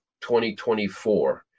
2024